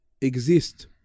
exist